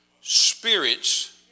spirits